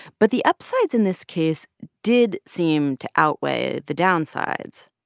but the upsides in this case did seem to outweigh the downsides.